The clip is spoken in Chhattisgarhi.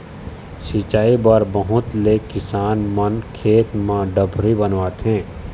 सिंचई बर बहुत ले किसान मन खेत म डबरी बनवाथे